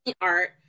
art